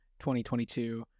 2022